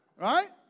Right